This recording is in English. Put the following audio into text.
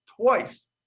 Twice